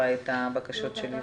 הערות?